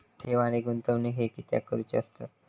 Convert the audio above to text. ठेव आणि गुंतवणूक हे कित्याक करुचे असतत?